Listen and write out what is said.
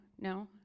No